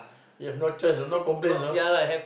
you have no choice no no complain you know